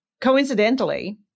coincidentally